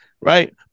right